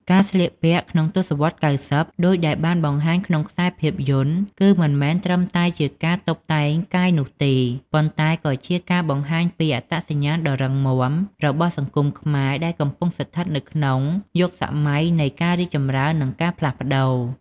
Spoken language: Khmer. ការស្លៀកពាក់ក្នុងទស្សវត្ស៦០ ដូចដែលបានបង្ហាញក្នុងខ្សែភាពយន្ត គឺមិនមែនត្រឹមតែជាការតុបតែងកាយនោះទេ ប៉ុន្តែក៏ជាការបង្ហាញពី អត្តសញ្ញាណដ៏រឹងមាំ របស់សង្គមខ្មែរដែលកំពុងស្ថិតនៅក្នុងយុគសម័យនៃការរីកចម្រើន និងការផ្លាស់ប្តូរ។